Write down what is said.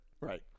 Right